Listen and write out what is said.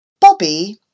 Bobby